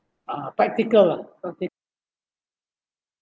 uh practical ah